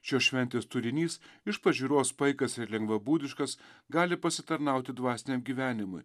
šios šventės turinys iš pažiūros paikas ir lengvabūdiškas gali pasitarnauti dvasiniam gyvenimui